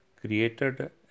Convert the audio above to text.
created